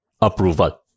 approval